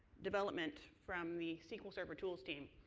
development from the sql server tools team.